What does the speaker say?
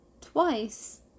twice